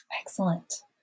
Excellent